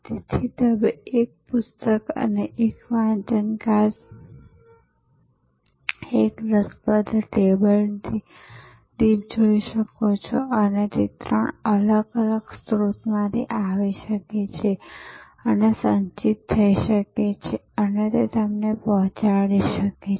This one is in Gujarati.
તેથી તમે એક પુસ્તક અને એક વાંચન કાચ અને એક રસપ્રદ ટેબલ દીપ જોઈ શકો છો અને તે ત્રણ અલગ અલગ સ્ત્રોતોમાંથી આવી શકે છે અને સંચિત થઈ શકે છે અને તમને પહોંચાડી શકે છે